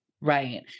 Right